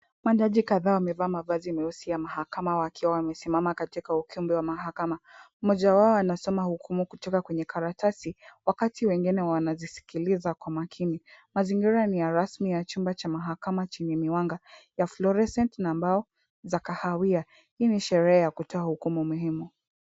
Majaji kadhaa wamevaa mavazi meusi ya mahakama wakiwa wamesimama katika ukumbi wa mahakama .Mmoja wao anasoma hukumu kutoka kwenye karatasi ,wakati wengine wanazisikiliza kwa makini .Mazingira ni ya rasmi ya chumba cha mahakama chenye miwanga ya fluorescent na mbao za kahawia hii ni sherehe ya kutoa hukumu muhimu.